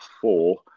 four